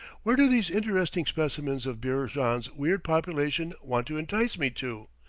where do these interesting specimens of beerjand's weird population want to entice me to?